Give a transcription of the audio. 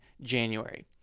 January